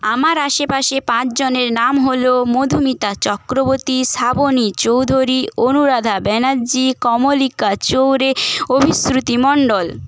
আমার আশেপাশে পাঁচ জনের নাম হলো মধুমিতা চক্রবর্তী শ্রাবণী চৌধুরী অনুরাধা ব্যানার্জি কমলিকা চৌরে অভিশ্রুতি মণ্ডল